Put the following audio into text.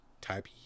type